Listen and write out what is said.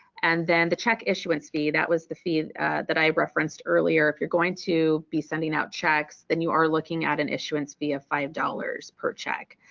and then the check issuance fee, that was the fee that i referenced earlier, if you're going to be sending out checks then you are looking at an issuance via five dollars per check.